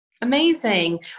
Amazing